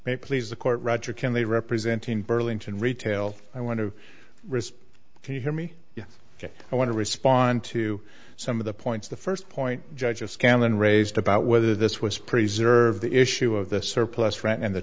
they please the court roger ken they representing burlington retail i want to risk can you hear me ok i want to respond to some of the points the first point judge of scanlon raised about whether this was preserved the issue of the surplus right and the